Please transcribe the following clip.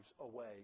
away